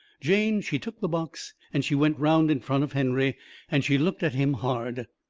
jane, she took the box and she went round in front of henry and she looked at him hard.